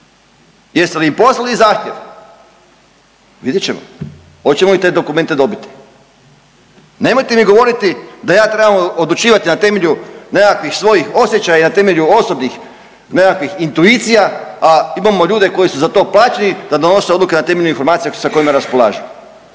Jeste li im poslali zahtjev? Vidjet ćemo hoćemo li te dokumente dobiti. Nemojte mi govoriti da ja trebam odlučivati na temelju nekakvih svojih osjećaja, na temelju osobnih nekakvih intuicija a imamo ljude koji su za to plaćeni da donose odluke na informacija sa kojima raspolažu,